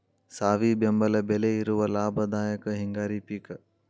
ಸಾವಿ ಬೆಂಬಲ ಬೆಲೆ ಇರುವ ಲಾಭದಾಯಕ ಹಿಂಗಾರಿ ಪಿಕ್